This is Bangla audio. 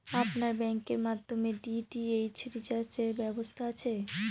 আপনার ব্যাংকের মাধ্যমে ডি.টি.এইচ রিচার্জের ব্যবস্থা আছে?